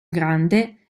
grande